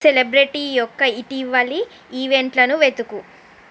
celebrity యొక్క ఇటీవలి ఈవెంట్లను వెతుకు